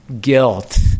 guilt